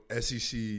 SEC